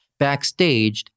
Backstaged